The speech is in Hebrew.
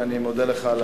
ואני מודה לך על